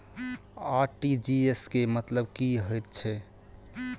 RTGS केँ मतलब की हएत छै?